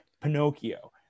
Pinocchio